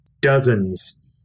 dozens